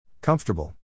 Comfortable